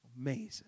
Amazing